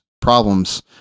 problems